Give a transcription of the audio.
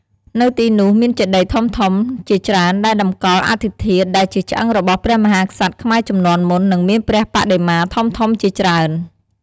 នៅទីនោះមានចេតិយធំៗជាច្រើនដែលតម្កល់អដ្ឋិធាតុ ដែលជាឆ្អឹងរបស់ព្រះមហាក្សត្រខ្មែរជំនាន់មុន និងមានព្រះបដិមាធំៗជាច្រើន។